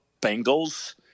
Bengals